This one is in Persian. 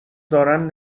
دارن